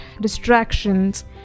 distractions